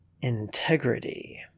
Integrity